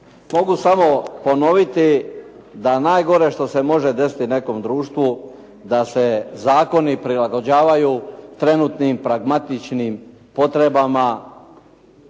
Mogu samo ponoviti da najgore što se može desiti nekom društvu da se zakoni prilagođavaju trenutnim pragmatičnim potrebama